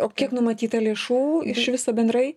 o kiek numatyta lėšų iš viso bendrai